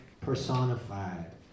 personified